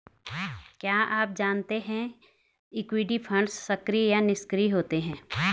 क्या आप जानते है इक्विटी फंड्स सक्रिय या निष्क्रिय होते हैं?